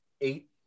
eight